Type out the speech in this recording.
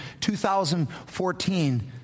2014